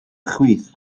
chwith